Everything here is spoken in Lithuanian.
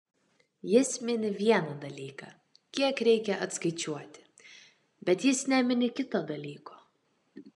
jis mini vieną dalyką kiek reikia atskaičiuoti bet jis nemini kito dalyko